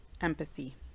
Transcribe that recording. Empathy